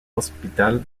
hospital